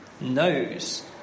knows